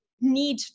need